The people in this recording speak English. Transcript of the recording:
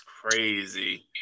crazy